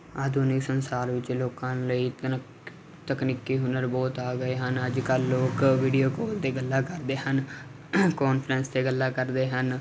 ਆਧੁਨਿਕ ਸੰਸਾਰ ਵਿੱਚ ਲੋਕਾਂ ਲਈ ਤਕਨੀਕੀ ਹੁਨਰ ਬਹੁਤ ਆ ਗਏ ਹਨ ਅੱਜ ਕੱਲ ਲੋਕ ਵੀਡੀਓ ਕਾਲ 'ਤੇ ਗੱਲਾਂ ਕਰਦੇ ਹਨ ਕਾਨਫਰੰਸ ਤੇ ਗੱਲਾਂ ਕਰਦੇ ਹਨ